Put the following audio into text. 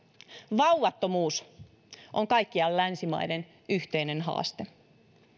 vauvattomuus on kaikkien länsimaiden yhteinen haaste